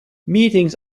meetings